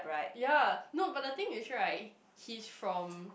ya no but the thing is right he's from